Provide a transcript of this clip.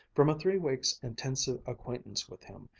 from a three weeks' intensive acquaintance with him,